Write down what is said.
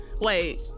Wait